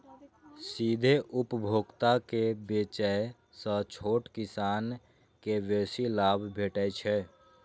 सीधे उपभोक्ता के बेचय सं छोट किसान कें बेसी लाभ भेटै छै